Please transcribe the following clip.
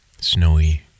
Snowy